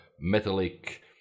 metallic